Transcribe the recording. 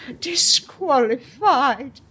Disqualified